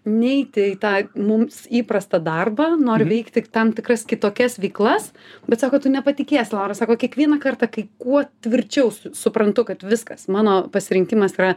neiti į tą mums įprastą darbą noriu veikti tik tam tikras kitokias veiklas bet sako tu nepatikės laura sako kiekvieną kartą kai kuo tvirčiau suprantu kad viskas mano pasirinkimas yra